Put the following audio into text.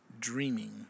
dreaming